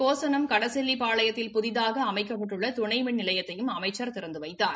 கோசனம் கடசெல்லிப்பாளையத்தில் புதிதாக அமைக்கப்பட்டுள்ள துணைமின் நிலையத்தையும் அமைச்சர் திறந்து வைத்தார்